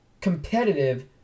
competitive